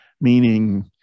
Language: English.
meaning